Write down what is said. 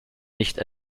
nicht